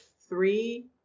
three